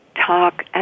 talk